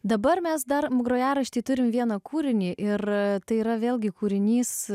dabar mes dar grojaraštį turime vieną kūrinį ir tai yra vėlgi kūrinys